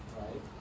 right